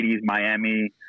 miami